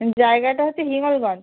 জায়গাটা হচ্ছে হিঙ্গলগঞ্জ